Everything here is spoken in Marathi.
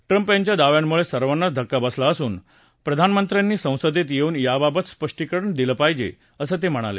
ट्रम्प यांच्या दाव्यामुळे सर्वांनाच धक्का बसला असून प्रधानमंत्र्यांनी संसदेत येऊन याबाबत स्पष्टीकरण दिलं पाहिजे असं ते म्हणाले